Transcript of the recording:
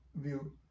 view